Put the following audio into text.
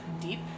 deep